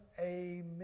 Amen